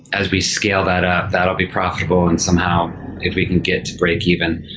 as we scale that up, that'll be profitable and somehow if we can get to break even.